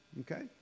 Okay